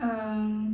um